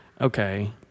Okay